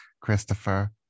Christopher